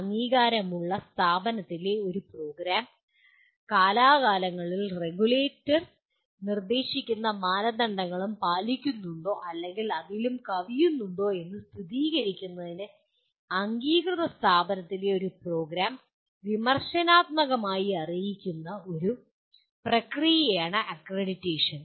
അംഗീകാരമുള്ള സ്ഥാപനത്തിലെ ഒരു പ്രോഗ്രാം കാലാകാലങ്ങളിൽ റെഗുലേറ്റർ നിർദ്ദേശിക്കുന്ന മാനദണ്ഡങ്ങൾ പാലിക്കുന്നുണ്ടോ അല്ലെങ്കിൽ അതിലും കവിയുന്നുണ്ടോ എന്ന് സ്ഥിരീകരിക്കുന്നതിന് അംഗീകൃത സ്ഥാപനത്തിലെ ഒരു പ്രോഗ്രാം വിമർശനാത്മകമായി അറിയിക്കുന്ന ഒരു പ്രക്രിയയാണ് അക്രഡിറ്റേഷൻ